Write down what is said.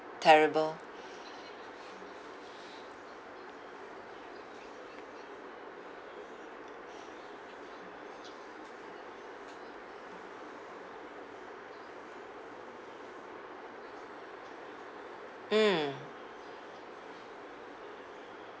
terrible mm